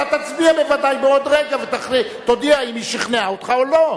אתה תצביע בוודאי בעוד רגע ותודיע אם היא שכנעה אותך או לא.